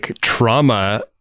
trauma